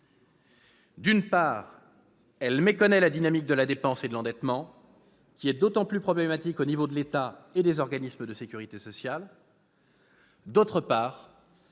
D'une part, elle méconnaît la dynamique de la dépense et de l'endettement, qui est d'autant plus problématique au niveau de l'État et des organismes de sécurité sociale. D'autre part,